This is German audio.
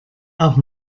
auch